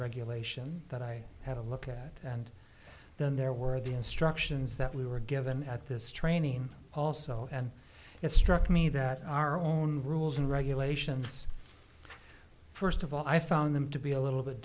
regulations that i have a look at and then there were the instructions that we were given at this training also and it struck me that our own rules and regulations first of all i found them to be a little bit